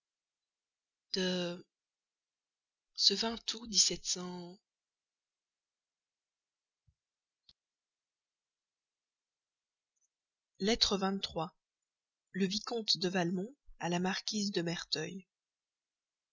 ce lettre le vicomte de valmont à la marquise de merteuil